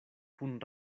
kun